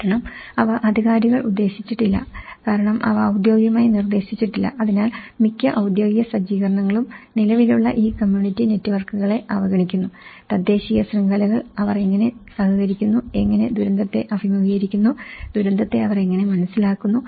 കാരണം അവ അധികാരികൾ നിർദ്ദേശിച്ചിട്ടില്ല കാരണം അവ ഔദ്യോഗികമായി നിർദ്ദേശിച്ചിട്ടില്ല അതിനാൽ മിക്ക ഔദ്യോഗിക സജ്ജീകരണങ്ങളും നിലവിലുള്ള ഈ കമ്മ്യൂണിറ്റി നെറ്റ്വർക്കുകളെ അവഗണിക്കുന്നു തദ്ദേശീയ ശൃംഖലകൾ അവർ എങ്ങനെ സഹകരിക്കുന്നു എങ്ങനെ ദുരന്തത്തെ അഭിമുഖീകരിക്കുന്നു ദുരന്തത്തെ അവർ എങ്ങനെ മനസ്സിലാക്കുന്നു